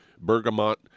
bergamot